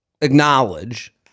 acknowledge